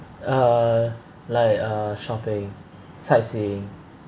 uh like uh shopping sightseeing